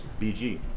BG